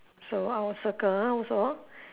so I'll circle also